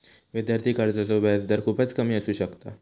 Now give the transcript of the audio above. विद्यार्थी कर्जाचो व्याजदर खूपच कमी असू शकता